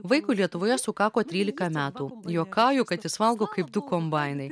vaikui lietuvoje sukako trylika metų juokauju kad jis valgo kaip du kombainai